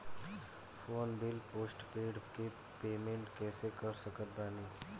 Phone bill postpaid के payment कैसे कर सकत बानी?